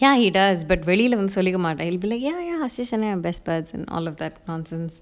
ya he does but வெளியில வந்து சொல்லிக்க மாட்டான்:veliyila vanthu sollikka mattan he will be like ya ya she an for all of that nonsense